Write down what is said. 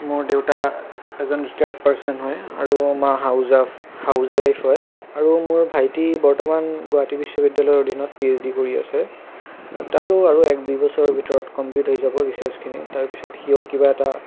মোৰ দেউতা এজন ৰিটায়াৰ্ড পাৰচন হয় আৰু মা হাউজ ৱাফ হাউজ ওৱাফ হয় আৰু মোৰ ভাইটি বৰ্তমান গুৱাহাটী বিশ্ববিদ্যালয়ৰ অধিনত পি এইচ ডি কৰি আছে তাৰো আৰু এক দুই বছৰ ভিতৰত কমপ্লিট হৈ যাব ৰিচাৰ্জখিনি তাৰ পিছত সিও কিবা এটা